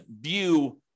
view